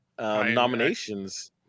nominations